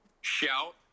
Shout